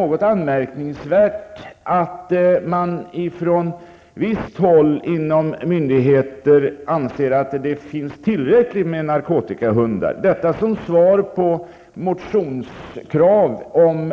något anmärkningsvärt att man från visst håll inom myndigheterna anser att det finns tillräckligt med narkotikahundar. Detta som svar på motionskrav på